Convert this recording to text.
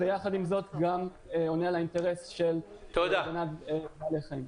ויחד עם זה עונה גם לאינטרס של הגנה על בעלי חיים.